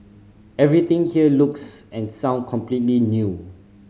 everything here looks and sound completely new